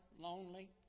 lonely